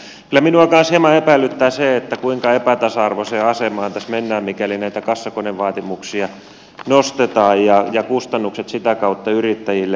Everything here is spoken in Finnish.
kyllä minua kanssa hieman epäilyttää se kuinka epätasa arvoiseen asemaan tässä mennään mikäli näitä kassakonevaatimuksia nostetaan ja kustannukset sitä kautta yrittäjille nousevat